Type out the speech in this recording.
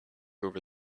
over